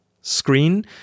screen